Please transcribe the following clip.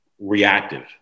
reactive